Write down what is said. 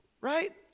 Right